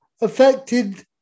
affected